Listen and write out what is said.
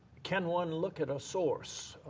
can one look at a source?